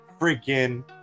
freaking